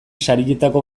sarietako